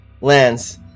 Lance